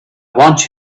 want